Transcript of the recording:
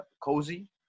cozy